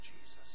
Jesus